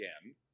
again